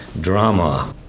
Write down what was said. drama